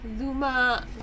Luma